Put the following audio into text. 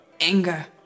anger